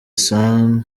son